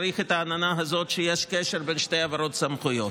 צריך את העננה הזאת שיש קשר בין שתי העברות סמכויות?